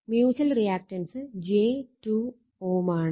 mutual reactance j2 Ω ആണ്